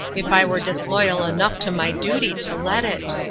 if i were disloyal enough to my duty to let it.